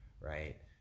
right